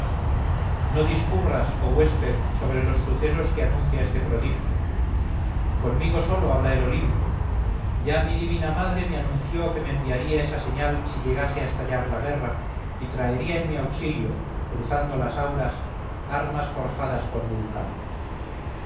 no discurras oh huésped sobre los sucesos que anuncia este prodigio conmigo sólo habla el olimpo ya mi divina madre me anunció que me enviaría esa señal si llegase a estallar la guerra y traería en mi auxilio cruzando las auras armas forjadas por vulcano